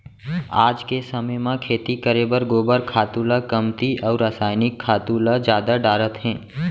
आज के समे म खेती करे बर गोबर खातू ल कमती अउ रसायनिक खातू ल जादा डारत हें